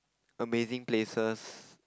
amazing places